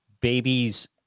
babies